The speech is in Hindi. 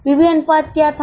पीवी अनुपात क्या था